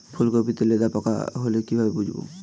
ফুলকপিতে লেদা পোকা হলে কি ভাবে বুঝবো?